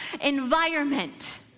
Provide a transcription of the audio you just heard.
environment